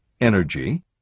energy